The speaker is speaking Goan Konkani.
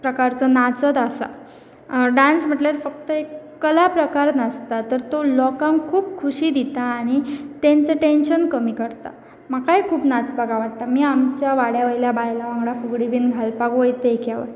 प्रकारचो नाचत आसा डांस म्हटल्यार फक्त एक कला प्रकार नाचता तर तो लोकांक खूब खुशी दिता आनी तेंचो टेंन्शन कमी करता म्हाकाय खूब नाचपाक आवडटा आमी आमच्या वाड्या वयल्या बायलां वांगडा फुगडी बीन घालपाक वयत एक्या वय